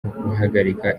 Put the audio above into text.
guhagarika